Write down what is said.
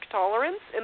tolerance